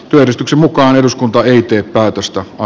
työjärjestyksen mukaan eduskunta ei tee päätöstä on